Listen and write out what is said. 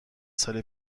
سال